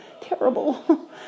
terrible